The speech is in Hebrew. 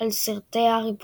על סרטי הארי פוטר,